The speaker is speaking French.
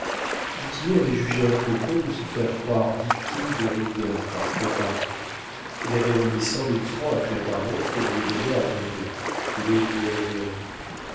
avait jugé à propos de se faire croire victime de roguin par claparon il avait remis cent mille francs à claparon pour les donner à roguin qui les lui avait rendus